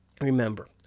Remember